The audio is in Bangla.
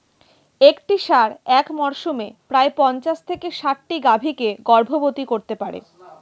একটি ষাঁড় এক মরসুমে প্রায় পঞ্চাশ থেকে ষাটটি গাভী কে গর্ভবতী করতে পারে